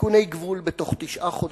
תיקוני גבול בתוך תשעה חודשים,